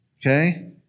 Okay